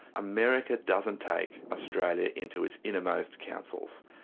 america doesn't take australia into its innermost councils,